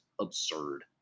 absurd